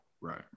right